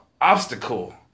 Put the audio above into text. obstacle